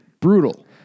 Brutal